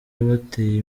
bataye